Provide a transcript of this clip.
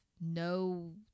no